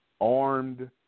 armed